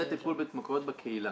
זה טיפול בהתמכרויות בקהילה.